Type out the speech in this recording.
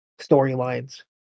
storylines